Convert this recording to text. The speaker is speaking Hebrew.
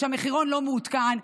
והמחירון לא מעודכן,